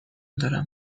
دارم